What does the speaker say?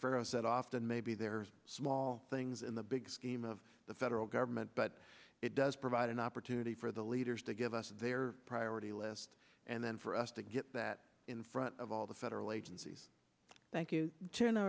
said often maybe there are small things in the big scheme of the federal government but it does provide an opportunity for the leaders to give us their priority list and then for us to get that in front of all the federal agencies thank you t